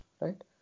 Right